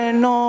no